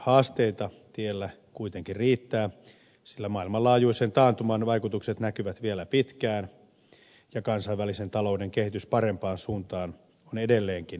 haasteita tiellä kuitenkin riittää sillä maailmanlaajuisen taantuman vaikutukset näkyvät vielä pitkään ja kansainvälisen talouden kehitys parempaan suuntaan on edelleenkin epävarmaa